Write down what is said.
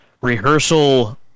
rehearsal